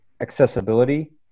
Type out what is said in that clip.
accessibility